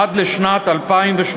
עד לשנת 2018,